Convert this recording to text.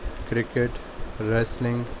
cricket wrestling